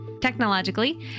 Technologically